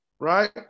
Right